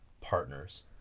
partners